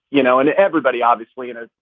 you know, and everybody obviously in it.